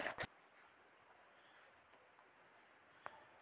सक्रिय परतावा मिळविण्यासाठी विविध धोरणे वापरतात